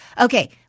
Okay